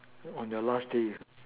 on the last days